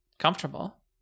Comfortable